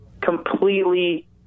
completely